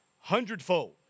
hundredfold